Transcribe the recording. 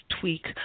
tweak